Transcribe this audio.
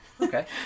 okay